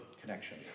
connection